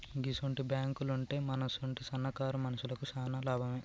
గిసుంటి బాంకులుంటే మనసుంటి సన్నకారు మనుషులకు శాన లాభమే